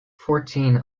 fourteen